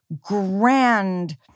grand